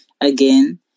again